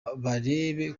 barebe